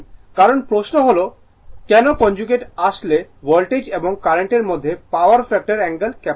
এখন প্রশ্ন হল কেন কনজুগেট আসলে ভোল্টেজ এবং কারেন্টের মধ্যে পাওয়ার ফ্যাক্টর অ্যাঙ্গেল ক্যাপচার করে